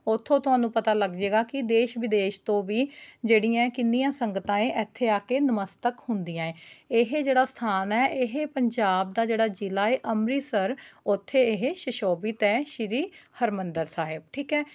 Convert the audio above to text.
ਉੱਥੋ ਤੁਹਾਨੂੰ ਪਤਾ ਲੱਗਜੇਗਾ ਕਿ ਦੇਸ਼ ਵਿਦੇਸ਼ ਤੋਂ ਵੀ ਜਿਹੜੀਆਂ ਕਿੰਨੀਆਂ ਸੰਗਤਾਂ ਹੈ ਇੱਥੇ ਆ ਕੇ ਨਮਸਤਕ ਹੁੰਦੀਆਂ ਹੈ ਇਹ ਜਿਹੜਾ ਸਥਾਨ ਹੈ ਇਹ ਪੰਜਾਬ ਦਾ ਜਿਹੜਾ ਜ਼ਿਲ੍ਹਾ ਹੈ ਅੰਮ੍ਰਿਤਸਰ ਉੱਥੇ ਇਹ ਸ਼ੁਸ਼ੋਭਿਤ ਹੈ ਸ਼੍ਰੀ ਹਰਿਮੰਦਰ ਸਾਹਿਬ ਠੀਕ ਹੈ